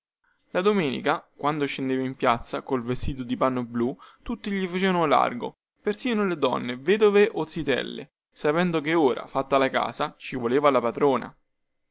la domenica quando scendeva in piazza col vestito di panno blu tutti gli facevano largo persino le donne vedove o zittelle sapendo che ora fatta la casa ci voleva la padrona